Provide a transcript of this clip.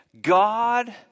God